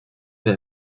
mehr